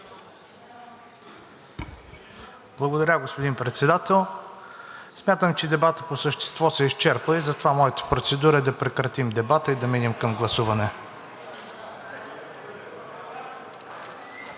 Благодаря, господин Председател. Смятам, че по същество се изчерпа и затова моята процедура е да прекратим дебата и да минем към гласуване.